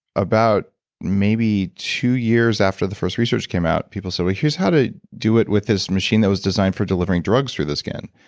about maybe two years after the first research came out, people said well, here's how to do it with this machine that was designed for delivering drugs through the skin.